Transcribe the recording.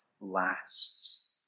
lasts